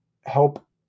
help